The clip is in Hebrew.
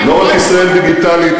לא רק "ישראל דיגיטלית",